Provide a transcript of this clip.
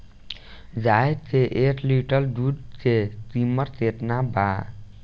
गाय के एक लीटर दुध के कीमत केतना बा?